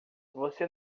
você